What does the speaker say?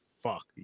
fuck